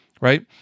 right